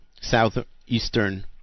southeastern